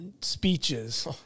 speeches